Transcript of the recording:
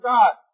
God